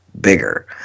bigger